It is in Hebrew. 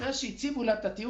אחרי שהציבו לה את התנאי